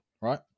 right